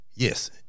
Yes